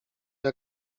jak